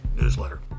newsletter